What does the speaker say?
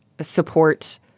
support